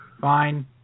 fine